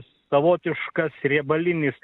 savotiškas riebalinis